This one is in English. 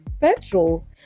petrol